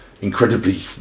incredibly